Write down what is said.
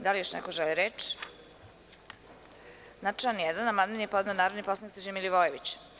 Da li još neko želi reč? (Ne) Na član 1. amandman je podneo narodni poslanik Srđan Milivojević.